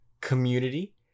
Community